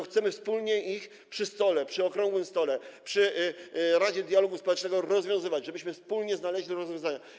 Chcemy wspólnie przy stole, przy okrągłym stole w Radzie Dialogu Społecznego to rozwiązywać, żebyśmy wspólnie znaleźli rozwiązania.